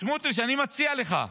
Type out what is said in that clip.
סמוטריץ', אני מציע לך,